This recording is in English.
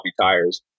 tires